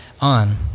on